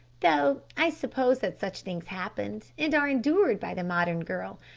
though i suppose that such things happen, and are endured by the modern girl.